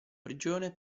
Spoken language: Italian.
prigione